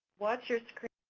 watch your screen.